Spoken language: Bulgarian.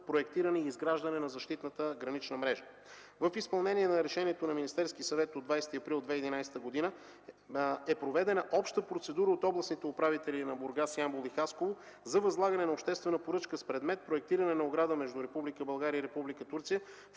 проектиране и изграждане на защитната гранична мрежа. В изпълнение на Решението на Министерски съвет от 20 април 2011 г. е проведена обща процедура от областните управители на Бургас, Ямбол и Хасково за възлагане на обществена поръчка с предмет „Проектиране на ограда между Република